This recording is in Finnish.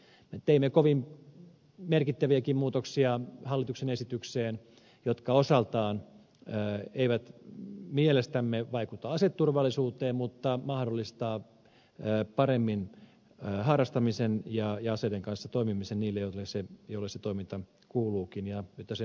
teimme hallituksen esitykseen kovin merkittäviäkin muutoksia jotka osaltaan eivät mielestämme vaikuta aseturvallisuuteen mutta mahdollistavat paremmin harrastamisen ja aseiden kanssa toimimisen niille joille se toiminta kuuluukin ja on tarkoitettu